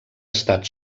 estat